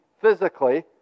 physically